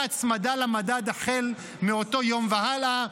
והצמדה למדד החל באותו יום והלאה.